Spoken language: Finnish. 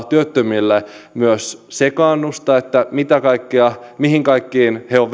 työttömille myös sekaannusta että mihin kaikkeen heillä on